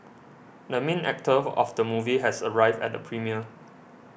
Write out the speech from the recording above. the main actor of the movie has arrived at the premiere